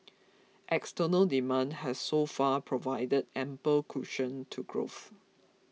external demand has so far provided ample cushion to growth